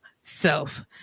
self